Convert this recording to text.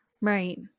Right